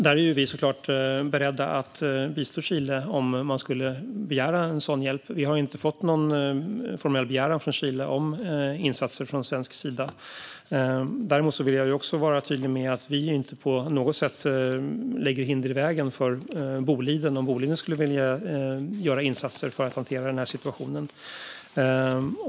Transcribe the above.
Där är vi såklart beredda att bistå Chile om man skulle begära sådan hjälp. Vi har inte fått någon formell begäran från Chile om insatser från svensk sida. Däremot vill jag vara tydlig med att vi inte på något sätt lägger hinder i vägen för Boliden om Boliden skulle vilja göra insatser för att hantera den här situationen.